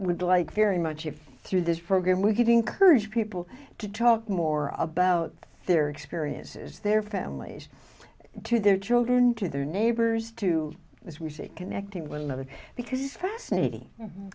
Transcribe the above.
would like very much if through this program we can encourage people to talk more about their experiences their families to their children to their neighbors to as we see it connecting with others because it's fascinating